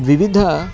विविधाः